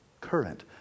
current